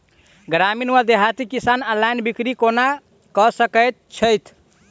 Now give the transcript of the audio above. ग्रामीण वा देहाती किसान ऑनलाइन बिक्री कोना कऽ सकै छैथि?